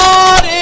God